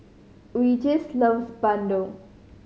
Regis loves Bandung